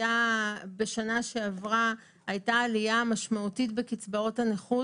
בשנה שעברה הייתה עלייה משמעותית בקצבאות הנכות.